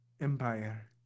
empire